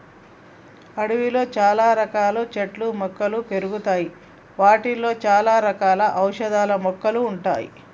అడవిలో చాల రకాల చెట్లు మొక్కలు పెరుగుతాయి వాటిలో చాల రకాల ఔషధ మొక్కలు ఉంటాయి